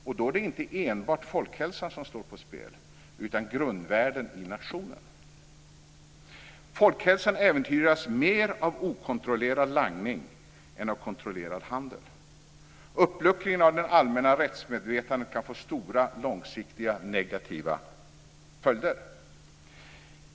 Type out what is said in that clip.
Och då är det inte enbart folkhälsan som står på spel utan grundvärden i nationen. Folkhälsan äventyras mer av okontrollerad langning än av kontrollerad handel. Uppluckringen av det allmänna rättsmedvetandet kan få stora långsiktiga negativa följder.